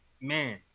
man